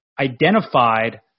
identified